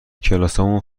کلاسمون